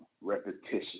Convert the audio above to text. Repetition